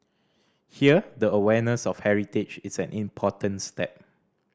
here the awareness of heritage is an important step